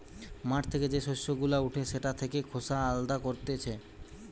মাঠ থেকে যে শস্য গুলা উঠে সেটা থেকে খোসা আলদা করতিছে